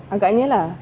agaknya lah